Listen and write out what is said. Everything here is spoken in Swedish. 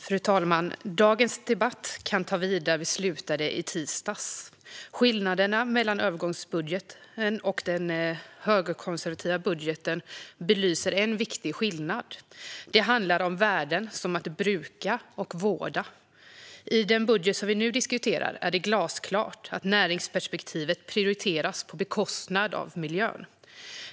Fru talman! Dagens debatt kan ta vid där vi slutade i tisdags. Skillnaden mellan övergångsbudgeten och den högerkonservativa budgeten belyser en viktig skillnad. Det handlar om värden som att bruka och vårda. I den budget som vi nu diskuterar är det glasklart att näringsperspektivet prioriteras på bekostnad av miljön.